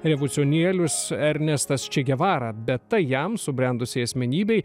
revoliucionierius ernestas či gevara bet tai jam subrendusiai asmenybei